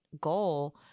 goal